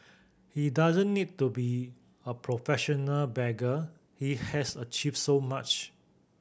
he doesn't need to be a professional beggar he has achieved so much